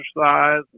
exercise